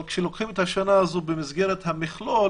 אבל כשלוקחים את השנה הזאת במסגרת המכלול,